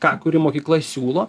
ką kuri mokykla siūlo